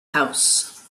house